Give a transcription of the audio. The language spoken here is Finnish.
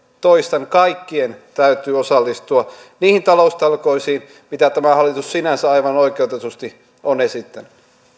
toistan kaikkien täytyy osallistua niihin taloustalkoisiin mitä tämä hallitus sinänsä aivan oikeutetusti on esittänyt